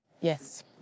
Yes